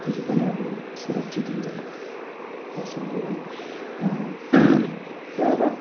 देखि पनि अब सुरक्षित हुन्छ पशुहरू है र अब